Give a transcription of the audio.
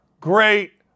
great